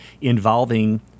involving